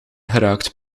geraakt